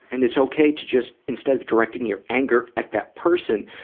and it's okay to just, instead of directing your anger at that person,